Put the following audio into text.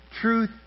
truth